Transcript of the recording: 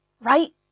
right